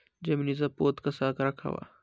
जमिनीचा पोत कसा राखावा?